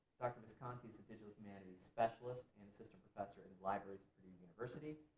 dr. visconti is a digital humanities specialist and assistant professor in libraries for the university.